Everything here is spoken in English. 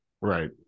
Right